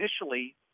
initially